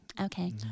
Okay